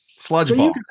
Sludgeball